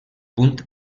punt